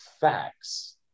facts